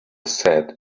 said